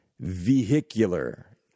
vehicular